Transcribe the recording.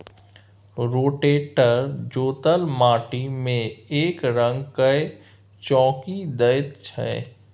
rotator जोतल माटि मे एकरंग कए चौकी दैत छै